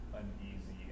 uneasy